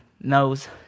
knows